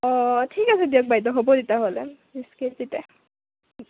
অঁ ঠিক আছে দিয়ক বাইদেউ হ'ব তেতিয়াহ'লে ত্ৰিছ কেজিতে